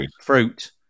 fruit